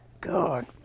God